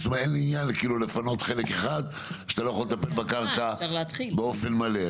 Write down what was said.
שאין עניין לפנות חלק אחד כשאתה לא יכול לטפל בקרקע באופן מלא.